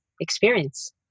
experience